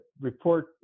report